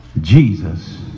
Jesus